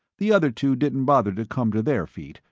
the other two didn't bother to come to their feet,